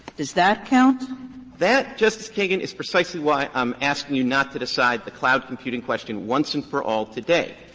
does that count? clement that, justice kagan, is precisely why i'm asking you not to decide the cloud computing question once and for all today,